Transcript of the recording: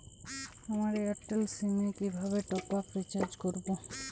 আমার Airtel sim এ কিভাবে টপ আপ রিচার্জ করবো?